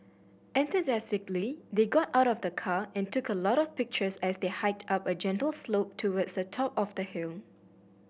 enthusiastically they got out of the car and took a lot of pictures as they hiked up a gentle slope towards the top of the hill